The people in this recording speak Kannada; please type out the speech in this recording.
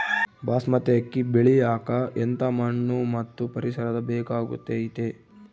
ಬಾಸ್ಮತಿ ಅಕ್ಕಿ ಬೆಳಿಯಕ ಎಂಥ ಮಣ್ಣು ಮತ್ತು ಪರಿಸರದ ಬೇಕಾಗುತೈತೆ?